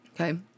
Okay